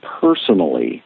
personally